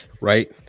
Right